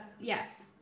Yes